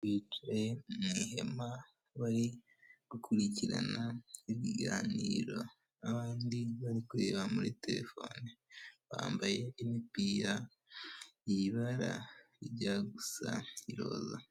Bicaye mu ihema bari gukurikirana ibiganiro n'abandi bari kureba muri telefone bambaye imipira y'ibara rijya gusa iroza.